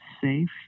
safe